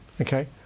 okay